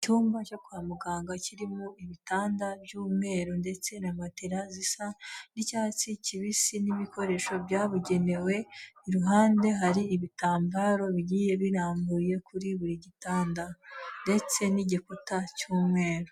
Icyumba cyo kwa muganga kirimo ibitanda by'umweru ndetse na matela zisa n'icyatsi kibisi, n'ibikoresho byabugenewe, iruhande hari ibitambaro bigiye birambuye kuri buri gitanda. Ndetse n'igikuta cy'umweru.